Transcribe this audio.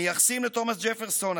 מייחסים לתומס ג'פרסון,